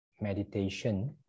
meditation